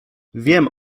wiem